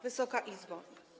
Wysoka Izbo!